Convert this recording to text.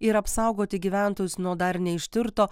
ir apsaugoti gyventojus nuo dar neištirto